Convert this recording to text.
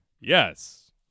Yes